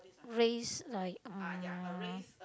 race like um